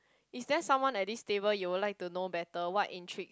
is there someone at this table you would like to know better what intrigues